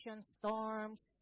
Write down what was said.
storms